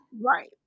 right